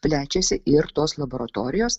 plečiasi ir tos laboratorijos